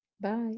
Bye